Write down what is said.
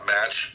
Match